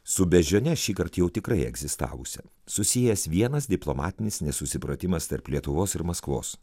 su beždžione šįkart jau tikrai egzistavusia susijęs vienas diplomatinis nesusipratimas tarp lietuvos ir maskvos